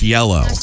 Yellow